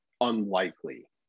unlikely